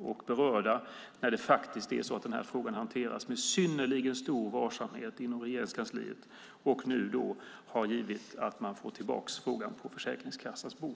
och berörda när det faktiskt är så att denna fråga hanteras med synnerligen stor varsamhet inom Regeringskansliet, och Försäkringskassan får tillbaka frågan på sitt bord.